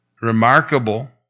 Remarkable